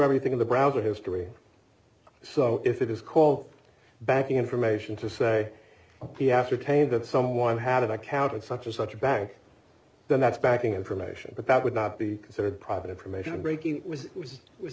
everything in the browser history so if it is called banking information to say a piastre tain that someone had an account and such as such a bank then that's backing information but that would not be considered private information breaking it was was was